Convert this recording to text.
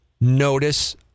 Notice